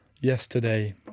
yesterday